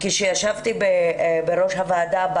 כשישבתי בראש הוועדה,